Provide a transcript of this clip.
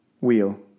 wheel